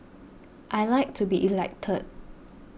I like to be elected